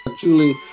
Julie